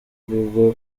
google